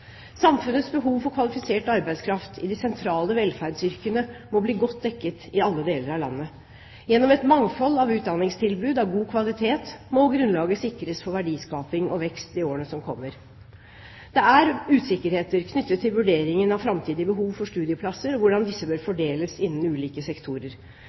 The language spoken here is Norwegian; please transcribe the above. Samfunnets behov for kvalifisert arbeidskraft i de sentrale velferdsyrkene må bli godt dekket i alle deler av landet. Gjennom et mangfold av utdanningstilbud av god kvalitet må grunnlaget sikres for verdiskaping og vekst i årene som kommer. Det er usikkerheter knyttet til vurderingen av framtidige behov for studieplasser og hvordan disse bør fordeles innen ulike sektorer.